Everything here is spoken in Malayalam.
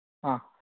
ആ